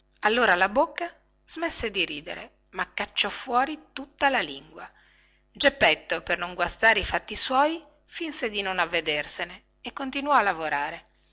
allora la bocca smesse di ridere ma cacciò fuori tutta la lingua geppetto per non guastare i fatti suoi finse di non avvedersene e continuò a lavorare